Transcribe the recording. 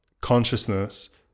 consciousness